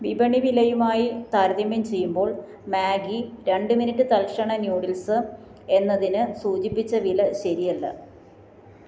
വിപണി വിലയുമായി താരതമ്യം ചെയ്യുമ്പോൾ മാഗി രണ്ട് മിനിറ്റ് തൽക്ഷണ നൂഡിൽസ് എന്നതിന് സൂചിപ്പിച്ച വില ശരിയല്ല